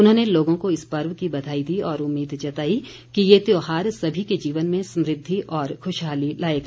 उन्होंने लोगों को इस पर्व की बधाई दी और उम्मीद जताई कि ये त्योहार सभी के जीवन में समुद्धि और ख्रशहाली लाएगा